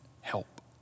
help